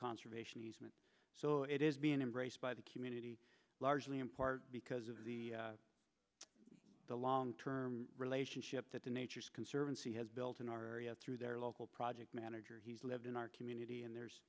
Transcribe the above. conservation easement so it is being embraced by the community largely in part because of the long term relationship that the nature conservancy has built in our area through their local project manager he's lived in our community and there's